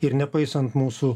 ir nepaisant mūsų